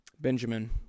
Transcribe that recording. Benjamin